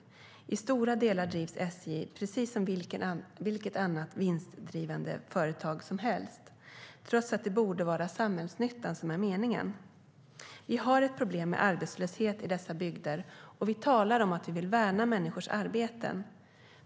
I stora delar drivs SJ precis som vilket annat vinstdrivande företag som helst, trots att det borde vara samhällsnyttan som är meningen. Vi har ett problem med arbetslöshet i dessa bygder och talar om att vi vill värna människors arbeten.